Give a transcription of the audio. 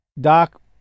Doc